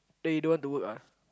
then you don't want to work ah